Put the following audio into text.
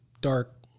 dark